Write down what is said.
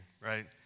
right